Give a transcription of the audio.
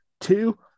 two